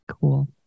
Cool